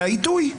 על העיתוי.